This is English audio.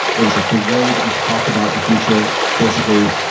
it was like the way that we talk about the future. basically,